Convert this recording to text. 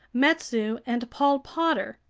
metsu, and paul potter,